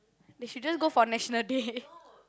they shouldn't go for National Day